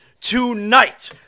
tonight